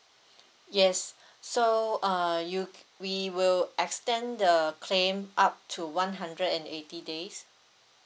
yes so uh you k~ we will extend the claim up to one hundred and eighty days